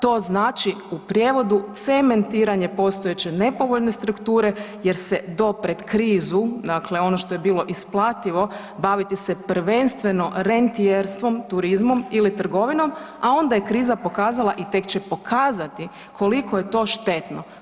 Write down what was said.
To znači u prijevodu cementiranje postojeće nepovoljne strukture jer se do pred krizu, dakle ono što je bilo isplativo, baviti se prvenstveno rentijerstvom, turizmom ili trgovinom, a onda je kriza pokazala i tek će pokazati koliko je to štetno.